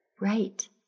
Right